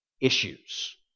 issues